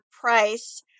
Price